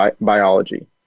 biology